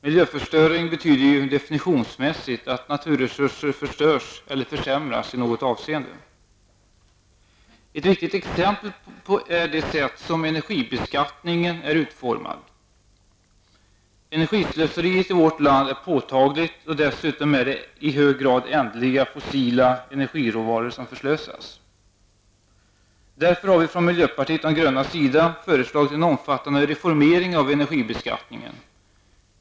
Miljöförstöring betyder definitionsmässigt att naturresurser förstörs eller försämras i något avseende. Ett viktigt exempel är det sätt som energibeskattningen är utformad på. Energislöseriet i vårt land är påtagligt, och dessutom förslösas i hög grad ändliga, fossila energiråvaror. Därför har vi från miljöpartiet de grönas sida föreslagit en omfattande reformering av energibeskattningen.